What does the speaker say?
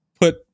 put